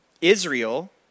Israel